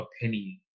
opinion